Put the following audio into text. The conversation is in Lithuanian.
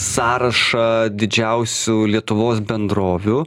sąrašą didžiausių lietuvos bendrovių